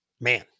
man